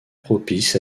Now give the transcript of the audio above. propice